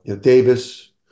Davis